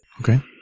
Okay